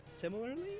similarly